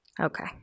Okay